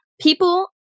people